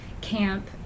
camp